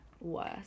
worse